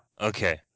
okay